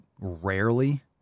rarely